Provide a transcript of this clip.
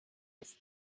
ist